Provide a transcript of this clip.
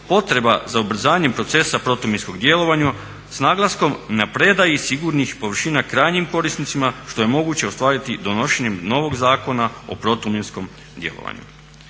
potreba za ubrzanjem procesa protuminskog djelovanja s naglaskom na predaji sigurnih površina krajnjim korisnicima što je moguće ostvariti donošenjem novog Zakona o protuminskom djelovanju.